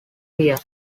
year